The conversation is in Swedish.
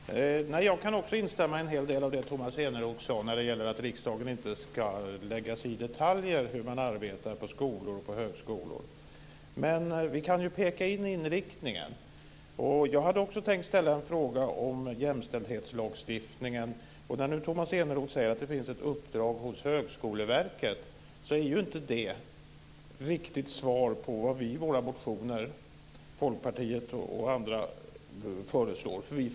Fru talman! Jag kan också instämma i en hel del av det Tomas Eneroth sade om att riksdagen inte ska lägga sig i detaljer när det gäller hur man arbetar på skolor och högskolor. Men vi kan ju peka ut inriktningen. Jag hade också tänkt ställa en fråga om jämställdhetslagstiftningen. Nu säger Tomas Eneroth att det finns ett uppdrag hos Högskoleverket. Det är ju inte något riktigt svar på det som Folkpartiet och andra partier föreslår i sina motioner.